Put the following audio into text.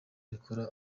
rikora